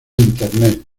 internet